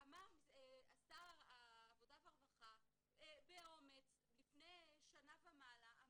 אמר שר העבודה והרווחה, באומץ, לפני שנה ומעלה: